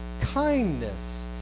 kindness